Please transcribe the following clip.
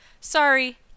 sorry